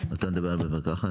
אתה מדבר על בית מרקחת?